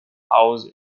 hours